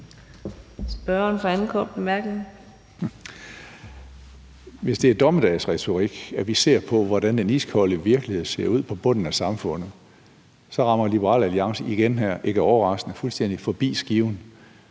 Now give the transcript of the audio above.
Hvis det er dommedagsretorik, at vi ser på, hvordan den iskolde virkelighed ser ud på bunden af samfundet, så rammer Liberal Alliance igen her – ikke overraskende – fuldstændig forbi skiven.